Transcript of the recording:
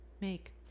make